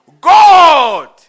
God